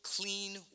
clean